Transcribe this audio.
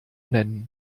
nennen